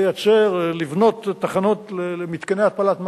לבנות מתקני התפלת מים,